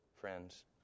friends